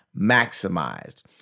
maximized